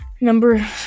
Number